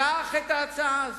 קח את ההצעה הזאת.